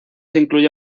incluye